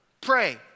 pray